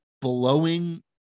blowing